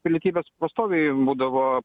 pilietybės pastoviai būdavo